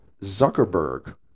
Zuckerberg